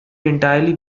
entirely